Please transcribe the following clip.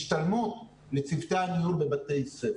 השתלמות לצוותי הניהול בבתי ספר.